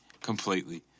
completely